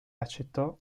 accettò